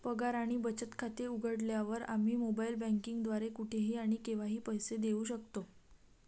पगार आणि बचत खाते उघडल्यावर, आम्ही मोबाइल बँकिंग द्वारे कुठेही आणि केव्हाही पैसे देऊ शकतो